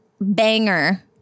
banger